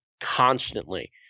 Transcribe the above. constantly